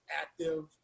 active